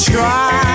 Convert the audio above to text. Try